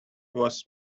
was